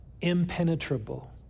impenetrable